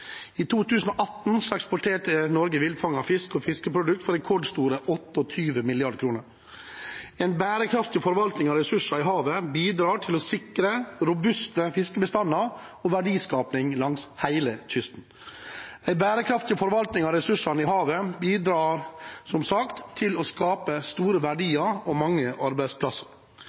I 2018 eksporterte Norge villfanget fisk og fiskeprodukter for rekordstore 28 mrd. kr. En bærekraftig forvaltning av ressurser i havet bidrar til å sikre robuste fiskebestander og verdiskaping langs hele kysten. En bærekraftig forvaltning av ressursene i havet bidrar – som sagt – til å skape store verdier og mange arbeidsplasser.